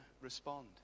respond